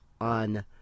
on